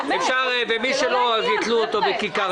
ומי שלא יתלו אותו בכיכר